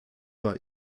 war